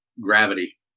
Gravity